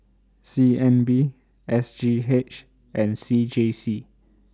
C N B S G H and C J C